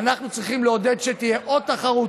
אנחנו צריכים לעודד שתהיה עוד תחרות,